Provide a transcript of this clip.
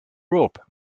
rope